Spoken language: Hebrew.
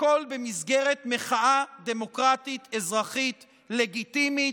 הכול במסגרת מחאה דמוקרטית, אזרחית, לגיטימית.